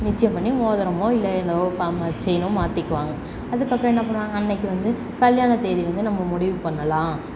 நிச்சயம் பண்ணி மோதிரமோ இல்லை என்னவோ பா மா செயினோ மாற்றிக்குவாங்க அதுக்கப்புறம் என்ன பண்ணுவாங்க அன்றைக்கு வந்து கல்யாணத் தேதி வந்து நம்ம முடிவு பண்ணலாம்